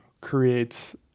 creates